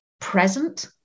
present